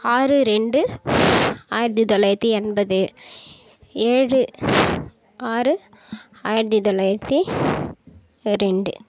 ஆறு ரெண்டு ஆயிரத்தி தொள்ளாயிரத்தி எண்பது ஏழு ஆறு ஆயிரத்தி தொள்ளாயிரத்தி ரெண்டு